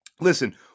listen